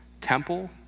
temple